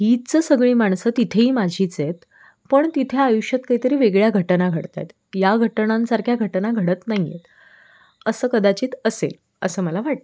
हीच सगळी माणसं तिथेही माझीच आहेत पण तिथे आयुष्यात काहीतरी वेगळ्या घटना घडत आहेत या घटनांसारख्या घटना घडत नाही आहेत असं कदाचित असेल असं मला वाटतं